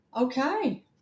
Okay